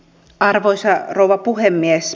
arvoisa rouva puhemies